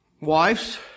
Wives